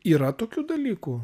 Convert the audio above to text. yra tokių dalykų